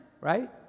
right